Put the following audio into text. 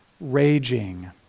raging